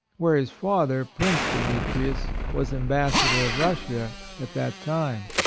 where his father, prince demetrius, was ambassador of russia at that time.